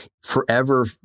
forever